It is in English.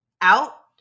out